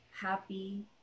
happy